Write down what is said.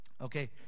okay